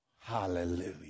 Hallelujah